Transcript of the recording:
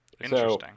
Interesting